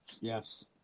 Yes